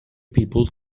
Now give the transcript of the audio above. people